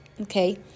okay